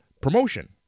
promotion